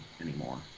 anymore